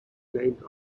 named